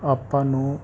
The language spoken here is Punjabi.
ਆਪਾਂ ਨੂੰ